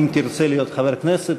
אם תרצה להיות חבר הכנסת,